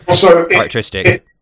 characteristic